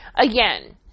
Again